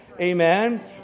Amen